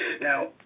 Now